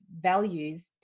values